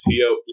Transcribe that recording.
CEO